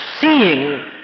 seeing